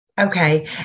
Okay